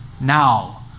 Now